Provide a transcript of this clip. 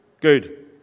Good